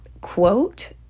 quote